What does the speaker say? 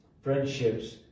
friendships